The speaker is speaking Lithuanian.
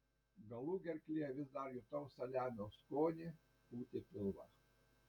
galugerklyje vis dar jutau saliamio skonį pūtė pilvą